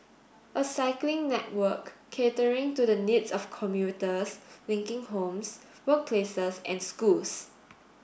a cycling network catering to the needs of commuters linking homes workplaces and schools